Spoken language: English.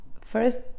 first